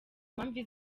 mpamvu